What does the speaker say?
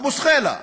אבו סח'לה.